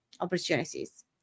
opportunities